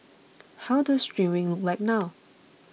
how does streaming look like now